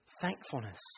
thankfulness